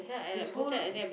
this whole